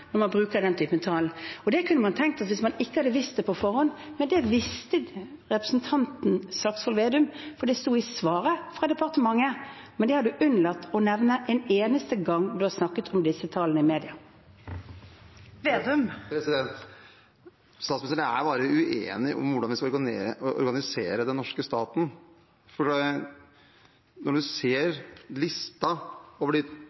man bruker den typen tall. Det kunne man tenkt hvis man ikke hadde visst det på forhånd, men det visste representanten Slagsvold Vedum, for det sto i svaret fra departementet. Men det har han unnlatt å nevne hver gang han har snakket om disse tallene i media. Det åpnes for oppfølgingsspørsmål – først Trygve Slagsvold Vedum. Statsministeren og jeg er bare uenige om hvordan vi skal organisere den norske staten. Når man ser listen over